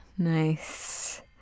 Nice